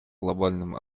глобальным